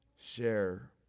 share